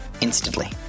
instantly